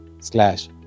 slash